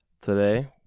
today